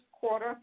quarter